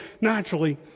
naturally